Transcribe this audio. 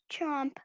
chomp